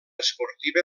esportiva